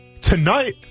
tonight